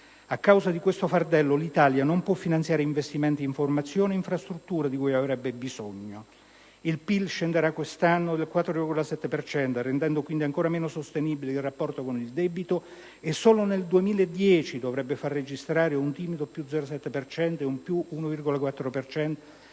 A causa di questo fardello, l'Italia «non può finanziare investimenti in formazione e in infrastrutture di cui avrebbe bisogno». Il PIL scenderà quest'anno del 4,7 per cento, rendendo ancora meno sostenibile il rapporto con il debito, e solo nel 2010 dovrebbe far registrare un timido più 0,7 per cento,